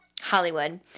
Hollywood